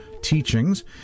Teachings